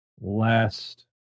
last